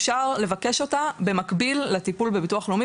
אפשר לבקש אותה במקביל לטיפול בביטוח לאומי